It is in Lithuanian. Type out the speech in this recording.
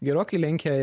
gerokai lenkia